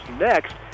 next